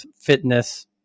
fitness